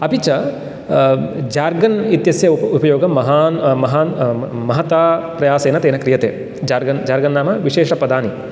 अपि च जार्गन् इत्यस्य उपयोगं महान् महान् महता प्रयासेन तेन क्रियते जार्गन् जार्गन् नाम विशेषपदानि